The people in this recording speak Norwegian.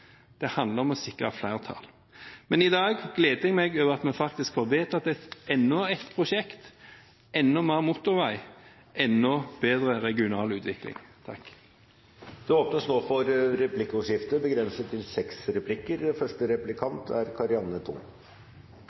Det handler om å sikre flertall. Men i dag gleder jeg meg over at vi faktisk får vedtatt enda et prosjekt, enda mer motorvei, enda bedre regional utvikling. Det blir replikkordskifte. Stortinget behandler for tiden flere store bompengeproposisjoner – og det er